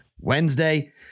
Wednesday